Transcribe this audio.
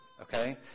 okay